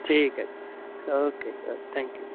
ਠੀਕ ਹੈ ਓਕੇ ਜੀ ਓ ਥੈਂਕ ਯੂ